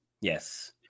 Yes